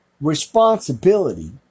responsibility